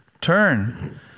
turn